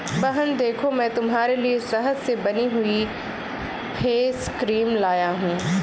बहन देखो मैं तुम्हारे लिए शहद से बनी हुई फेस क्रीम लाया हूं